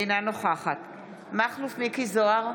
אינה נוכחת מכלוף מיקי זוהר,